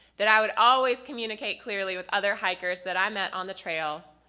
that i would always communicate clearly with other hikers that i met on the trail.